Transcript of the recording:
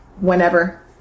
whenever